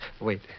Wait